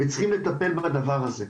וצריך לטפל בדבר הזה.